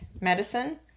Medicine